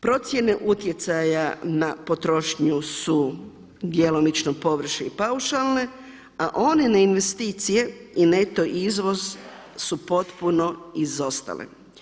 Procjene utjecaja na potrošnju su djelomično površne i paušalne, a one ne investicije i neto izvoz su potpuno izostale.